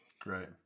great